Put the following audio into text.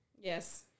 Yes